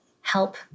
help